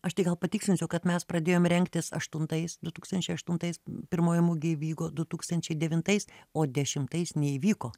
aš tai gal patikslinsiu kad mes pradėjom rengtis aštuntais du tūkstančiai aštuntais pirmoji mugė įvyko du tūkstančiai devintais o dešimtais neįvyko